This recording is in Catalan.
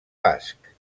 basc